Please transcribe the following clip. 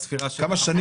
לגבי הספירה של השנים?